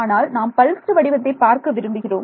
ஆனால் நாம் பல்ஸ்டு வடிவத்தை பார்க்க விரும்புகிறோம்